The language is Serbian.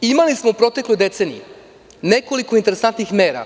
Imali smo u protekloj deceniji nekoliko interesantnih mera.